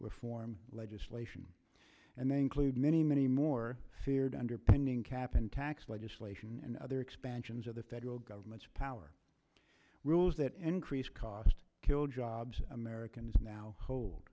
reform legislation and then cleared many many more feared under pending cap and tax legislation and other expansions of the federal government's power rules that increase cost kill jobs americans now hold